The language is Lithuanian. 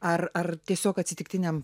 ar ar tiesiog atsitiktiniam